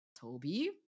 Toby